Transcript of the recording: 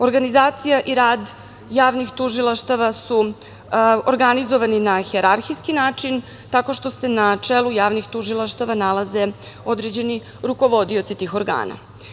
Organizacija i rad javnih tužilaštava su organizovani na hijerarhijski način, tako što se na čelu javnih tužilaštava nalaze određeni rukovodioci tih organa.